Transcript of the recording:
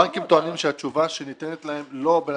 הבנקים טוענים שהתשובה שניתנת להם היא לא בן